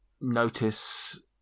notice